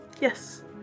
Yes